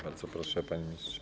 Bardzo proszę, panie ministrze.